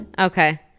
okay